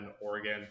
Oregon